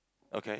okay